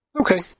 Okay